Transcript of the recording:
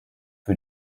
für